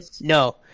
no